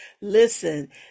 listen